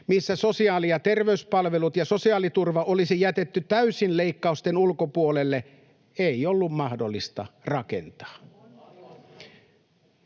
missä sosiaali- ja terveyspalvelut ja sosiaaliturva olisi jätetty täysin leikkausten ulkopuolelle, ei ollut mahdollista rakentaa.